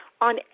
on